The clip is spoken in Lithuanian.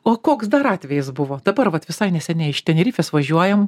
o koks dar atvejis buvo dabar vat visai neseniai iš tenerifės važiuojam